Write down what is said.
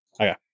Okay